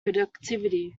productivity